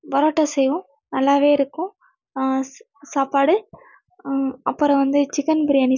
பரோட்டா செய்வோம் நல்லாவே இருக்கும் சா சாப்பாடு அப்புறோம் வந்து சிக்கன் பிரியாணி